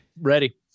Ready